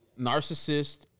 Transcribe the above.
narcissist